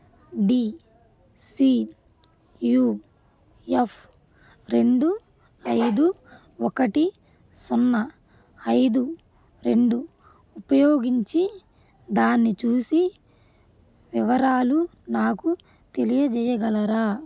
D C U F రెండు ఐదు ఒకటి సున్నా ఐదు రెండు ఉపయోగించి దాన్ని చూసి వివరాలు నాకు తెలియజేయగలరా